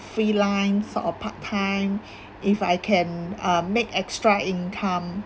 freelance or part time if I can uh make extra income